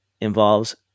involves